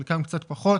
חלקם קצת פחות